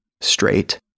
straight